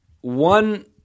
one –